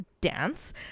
dance